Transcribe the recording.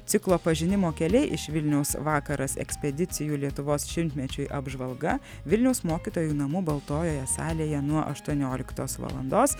ciklo pažinimo keliai iš vilniaus vakaras ekspedicijų lietuvos šimtmečiui apžvalga vilniaus mokytojų namų baltojoje salėje nuo aštuonioliktos valandos